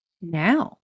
now